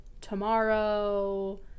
tomorrow